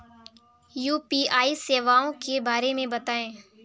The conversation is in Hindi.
यू.पी.आई सेवाओं के बारे में बताएँ?